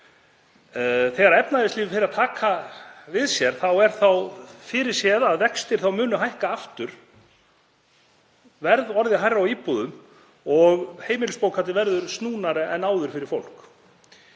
Þegar efnahagslífið fer að taka við sér er fyrirséð að vextir munu hækka aftur, verð orðið hærra á íbúðum og heimilisbókhaldið verður snúnara en áður fyrir fólk.